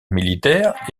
militaire